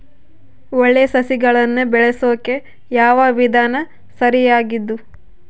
ಒಳ್ಳೆ ಸಸಿಗಳನ್ನು ಬೆಳೆಸೊಕೆ ಯಾವ ವಿಧಾನ ಸರಿಯಾಗಿದ್ದು?